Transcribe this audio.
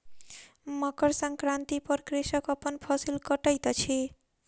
मकर संक्रांति पर कृषक अपन फसिल कटैत अछि